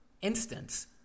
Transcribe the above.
instance